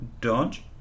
Dodge